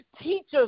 teachers